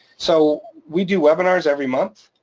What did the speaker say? so we do webinars every month,